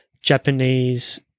Japanese